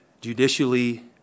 judicially